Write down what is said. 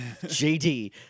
jd